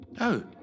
Oh